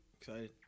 Excited